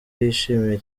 yishimiye